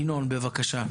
ינון, בבקשה.